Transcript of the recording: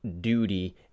duty